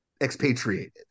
expatriated